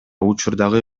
учурдагы